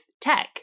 tech